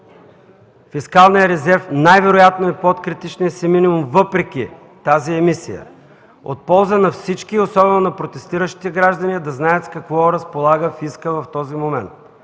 фискалният резерв най-вероятно е под критичния си минимум въпреки тази емисия. От полза на всички, особено на протестиращите граждани е да знаят с какво разполага фискът в този момент.